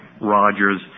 Rogers